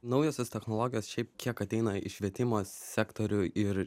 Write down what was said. naujosios technologijos šiaip kiek ateina į švietimo sektorių ir